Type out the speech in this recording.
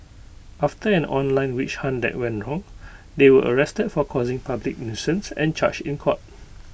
after an online witch hunt that went wrong they were arrested for causing public nuisance and charged in court